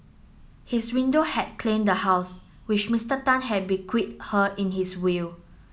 his window had claimed the house which Mister Tan had bequeathed her in his will